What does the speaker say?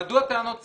מדוע טענות סרק?